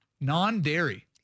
Non-dairy